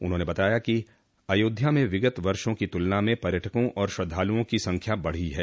मुख्यमंत्री ने बताया कि अयोध्या में विगत वर्षो की तुलना में पर्यटकों और श्रद्धालुओं की संख्या बढ़ी है